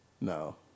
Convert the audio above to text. no